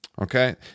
okay